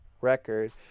record